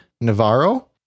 Navarro